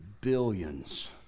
billions